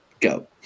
go